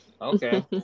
Okay